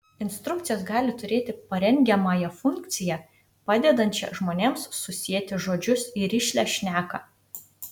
iliustracijos gali turėti parengiamąją funkciją padedančią žmonėms susieti žodžius į rišlią šneką